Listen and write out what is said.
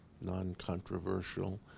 non-controversial